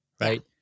right